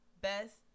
best